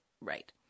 right